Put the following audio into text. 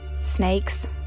Snakes